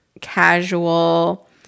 casual